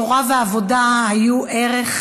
תורה ועבודה היו ערך